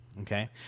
okay